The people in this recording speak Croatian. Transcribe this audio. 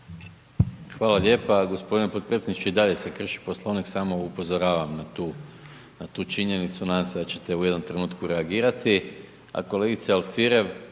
Hvala lijepa gospodine podpredsjedniče i dalje se krši Poslovnik samo upozoravam na tu činjenicu nadam se da ćete u jednom trenutku reagirati,